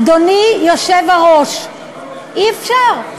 אדוני היושב-ראש, אי-אפשר.